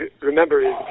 remember